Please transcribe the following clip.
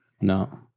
no